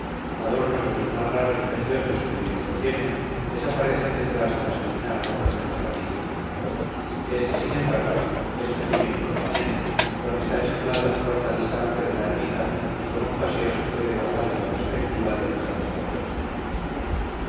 adornos de los más raros y preciosos que el bierzo tiene desaparecen detrás de las vecinas rocas de ferradillo este sin embargo es pequeño inconveniente porque están situadas a corta distancia de la ermita y con un paseo se puede gozar de la perspectiva de entrambos objetos